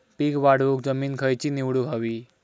पीक वाढवूक जमीन खैची निवडुक हवी?